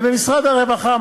ובמשרד הרווחה,